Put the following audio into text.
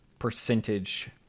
percentage